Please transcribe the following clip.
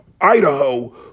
Idaho